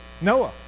Noah